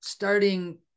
Starting